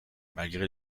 malgré